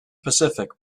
pacific